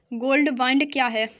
Gold bond क्या है?